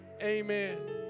amen